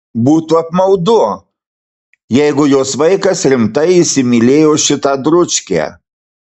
būtų apmaudu jeigu jos vaikas rimtai įsimylėjo šitą dručkę